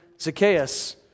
Zacchaeus